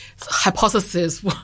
hypothesis